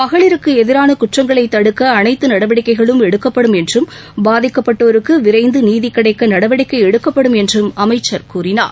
மகளிருக்கு எதிராள குற்றங்களை தடுக்க அனைத்து நடவடிக்கைகளும் எடுக்கப்படும் என்றும் பாதிக்கப்பட்டோருக்கு விரைந்து நீதி கிடைக்க நடவடிக்கை எடுக்கப்படும் என்றும் அமைச்சர் கூறினார்